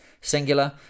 singular